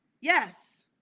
Yes